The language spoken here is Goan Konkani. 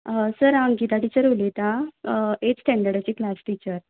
सर हांव अंकिता टिचर उलयतां एथ स्टँडडाची क्लास टिचर